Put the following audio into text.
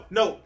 no